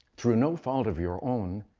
through no fault of your own,